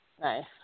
Nice